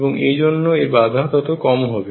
এবং এই জন্য এর বাধা তত কম হবে